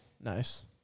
Nice